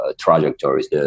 trajectories